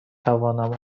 توانم